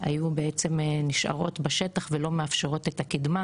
היו בעצם נשארות בשטח ולא מאפשרות את הקידמה.